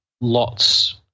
lots